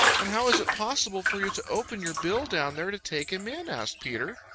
and how is it possible for you to open your bill down there to take him in? asked peter.